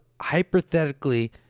hypothetically